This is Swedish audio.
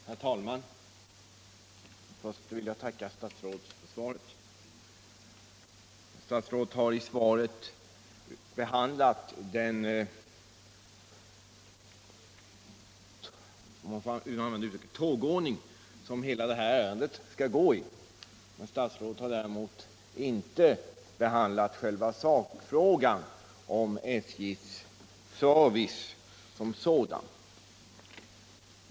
Herr talman! Först vill jag tacka statsrådet för svaret. Statsrådet har i svaret behandlat tågordningen — om jag får använda det uttrycket — för handläggningen av ett sådant här ärende. Statsrådet har däremot inte behandlat själva sakfrågan, SJ:s service som sådan.